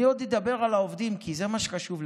אני עוד אדבר על העובדים, כי זה מה שחשוב לכולנו,